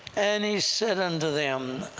and he said unto them,